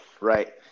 right